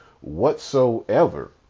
whatsoever